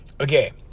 Okay